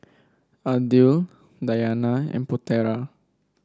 Aidil Dayana and Putera